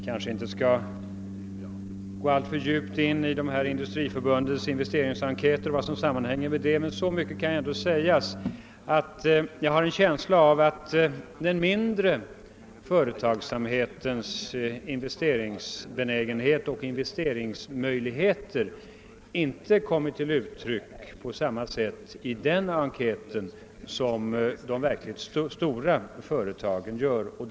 Jag skall inte gå alltför djupt in på Industriförbundets investeringsenkät, men jag har en känsla av att den mindre företagsamhetens investeringsbenägenhet och investeringsmöjligheter inte har kommit till uttryck på samma sätt som de verkligt stora företagens i den enkäten.